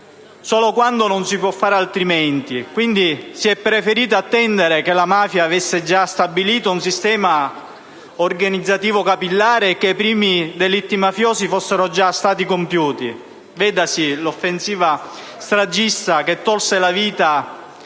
solo quando non si può fare altrimenti. Quindi, si è preferito attendere che la mafia avesse già stabilito un sistema organizzativo capillare e che i primi delitti fossero compiuti, vedasi l'offensiva stragista che tolse la vita